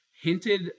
hinted